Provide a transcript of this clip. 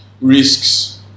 risks